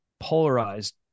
polarized